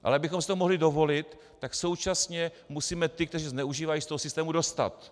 Ale abychom si to mohli dovolit, tak současně musíme ty, kteří to zneužívají, z toho systému dostat.